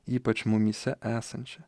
ypač mumyse esančią